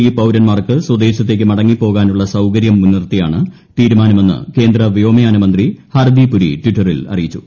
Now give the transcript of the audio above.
E പൌരന്മാർക്ക് സ്വദേശത്തേയ്ക്ക് മടങ്ങിപ്പോകാനുള്ള സൌകര്യം മുൻനിർത്തിയാണ് തീരുമാനമെന്ന് കേന്ദ്ര വ്യോമയാനമന്ത്രി ഹർദീപ് പുരി ട്ടിറ്ററിൽ അറിയിച്ചു